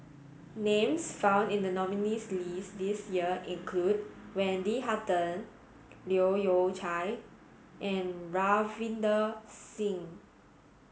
names found in the nominees' list this year include Wendy Hutton Leu Yew Chye and Ravinder Singh